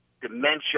dementia